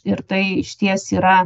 ir tai išties yra